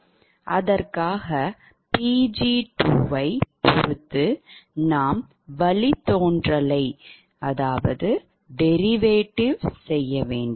அதற்காக Pg2 ஐப் பொறுத்து நாம் வழித்தோன்றலைச்derivation டெரிவேட்டிவ் செய்ய வேண்டும்